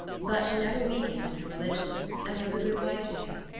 but she never weakened in her religion and was a good wife to him.